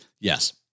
yes